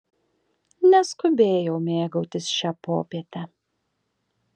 neskubėjau mėgautis šia popiete